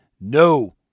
no